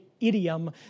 idiom